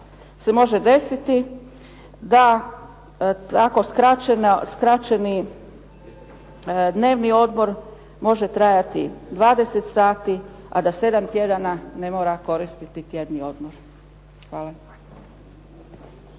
se može desiti da ako skraćeni dnevni odmor može trajati 20 sati a da 7 tjedana ne mora koristiti dnevni odmor. Hvala.